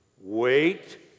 Wait